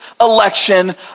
election